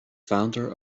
founder